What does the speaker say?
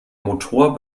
motor